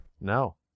No